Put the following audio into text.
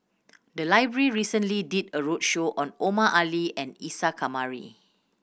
the library recently did a roadshow on Omar Ali and Isa Kamari